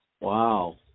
Wow